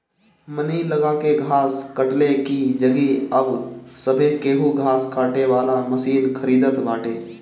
मनई लगा के घास कटले की जगही अब सभे केहू घास काटे वाला मशीन खरीदत बाटे